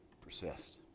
persist